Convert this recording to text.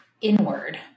inward